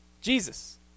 Jesus